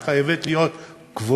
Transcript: היא חייבת להיות גבוהה.